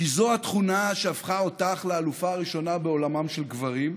כי זו התכונה שהפכה אותך לאלופה הראשונה בעולמם של גברים: